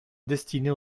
destinée